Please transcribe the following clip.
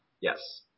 Yes